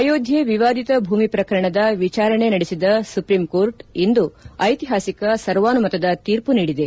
ಅಯೋಧ್ಲೆ ವಿವಾದಿತ ಭೂಮಿ ಪ್ರಕರಣದ ವಿಚಾರಣೆ ನಡೆಸಿದ ಸುಪ್ರೀಂ ಕೋರ್ಟ್ ಇಂದು ಐತಿಹಾಸಿಕ ಸರ್ವಾನುಮತದ ತೀರ್ಮ ನೀಡಿದೆ